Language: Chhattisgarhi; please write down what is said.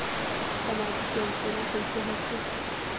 सामजिक योजना कइसे होथे?